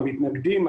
המתנגדים,